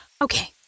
Okay